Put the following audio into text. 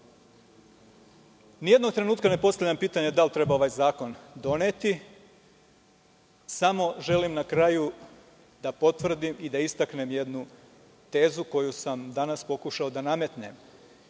jednog trenutka ne postavljam pitanje da li treba ovaj zakon doneti, samo želim na kraju da potvrdim i da istaknem jednu tezu koju sam danas pokušao da nametnem.